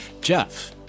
Jeff